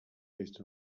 based